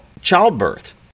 childbirth